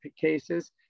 cases